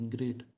Great